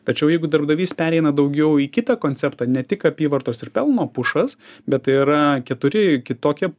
tačiau jeigu darbdavys pereina daugiau į kitą konceptą ne tik apyvartos ir pelno pušas bet tai yra keturi kitokia